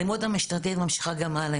האלימות המשטרתית ממשיכה גם הלאה,